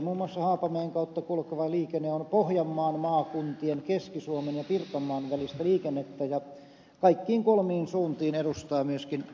muun muassa haapamäen kautta kulkeva liikenne on pohjanmaan maakuntien keski suomen ja pirkanmaan välistä liikennettä ja kaikkiin kolmeen suuntiin edustaa myöskin merkittävää syöttöliikennettä